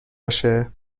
باشه